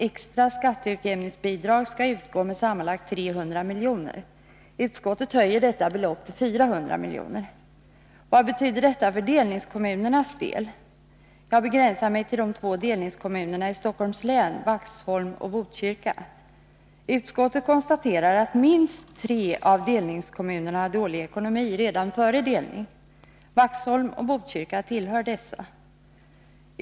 Vad betyder detta för delningskommunernas del? Jag begränsar mig till de två delningskommunerna i Stockholms län, Vaxholm och Botkyrka. Utskottet konstaterar att minst 3 av delningskommunerna har dålig ekonomi redan före delning. Vaxholm och Botkyrka tillhör dessa.